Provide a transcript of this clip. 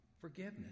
forgiveness